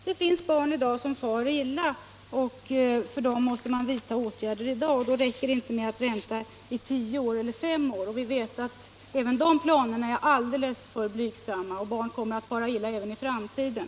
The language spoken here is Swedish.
Det finns barn som far illa och för dem måste man vidta åtgärder i dag. Det räcker inte att göra något om tio år eller fem år. Dessutom vet vi att även de planerna är alldeles för blygsamma. Barn kommer att fara illa även i framtiden.